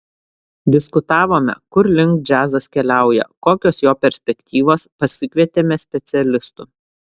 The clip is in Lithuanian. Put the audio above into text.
diskutavome kur link džiazas keliauja kokios jo perspektyvos pasikvietėme specialistų